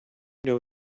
know